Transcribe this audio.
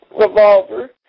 Revolver